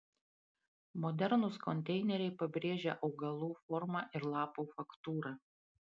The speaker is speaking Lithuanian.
modernūs konteineriai pabrėžia augalų formą ir lapų faktūrą